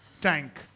tank